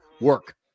work